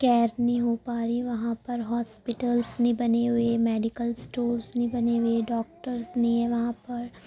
care نہیں ہو پا رہی وہاں پر ہاسپٹلس نہیں بنے ہوئے میڈکل اسٹورس نہیں بنے ہوئے ڈاکٹرس نہیں ہیں وہاں پر